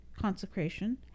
consecration